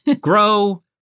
Grow